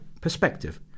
perspective